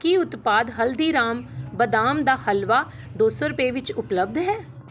ਕੀ ਉਤਪਾਦ ਹਲਦੀਰਾਮ ਬਦਾਮ ਦਾ ਹਲਵਾ ਦੋ ਸੌ ਰੁਪਏ ਵਿੱਚ ਉਪਲੱਬਧ ਹੈ